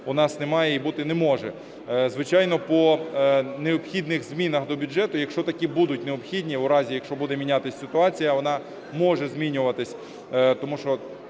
у нас немає і бути не може. Звичайно, по необхідних змінах до бюджету, якщо такі будуть необхідні у разі, якщо буде мінятися ситуація, вона може змінюватися,